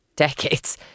decades